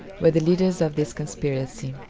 were the leaders of this conspiracy.